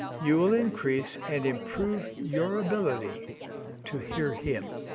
you will increase and improve your ability to hear him.